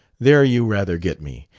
there you rather get me.